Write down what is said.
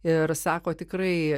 ir sako tikrai